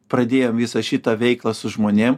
pradėjom visą šitą veiklą su žmonėm